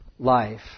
life